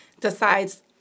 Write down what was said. decides